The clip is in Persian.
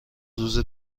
روز